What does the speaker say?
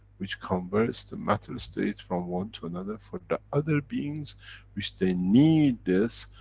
which converts the matter-state from one to another, for the other beings which they need this,